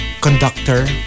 conductor